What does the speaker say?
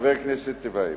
חבר הכנסת טיבייב,